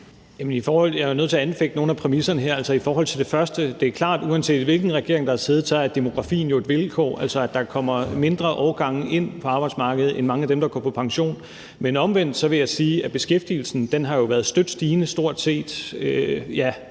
jeg er nødt til at anfægte nogle af præmisserne her. I forhold til det første er det klart, at uanset hvilken regering der har siddet, er demografien jo et vilkår, altså at der kommer mindre årgange ind på arbejdsmarkedet i forhold til dem, der går på pension. Men omvendt vil jeg sige, at beskæftigelsen jo har været støt stigende – ja, jeg